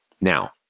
now